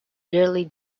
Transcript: yearly